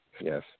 Yes